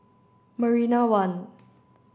Marina One